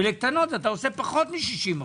ולקטנות אתה עושה פחות מ-60%.